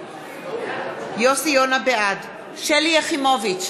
בעד שלי יחימוביץ,